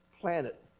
planet